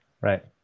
right